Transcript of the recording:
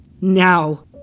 now